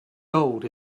gold